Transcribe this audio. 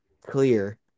clear